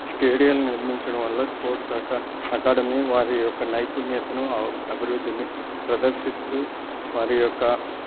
stadium నిర్మించడం వల్ల sports అక అకాడమీ వారి యొక్క నైపుణ్యతను అభివృద్ధిని ప్రదర్శిస్తు వారి యొక్క